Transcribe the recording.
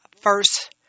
first